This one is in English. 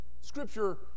scripture